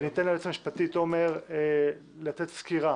ניתן ליועץ המשפטי תומר לתת סקירה